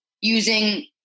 using